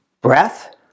breath